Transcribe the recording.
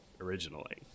originally